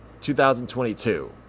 2022